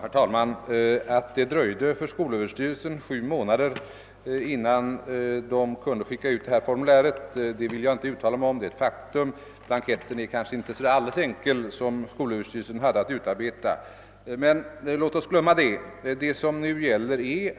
Herr talman! Anledningen till att det dröjde sju månader innan skolöverstyrelsen kunde skicka ut formuläret kan jag inte uttala mig om — den blankett som skolöverstyrelsen skulle utarbeta kanske inte var så enkel.